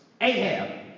Ahab